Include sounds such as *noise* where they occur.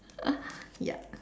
*laughs* ya